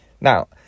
Now